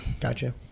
gotcha